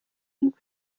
nkuko